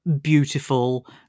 beautiful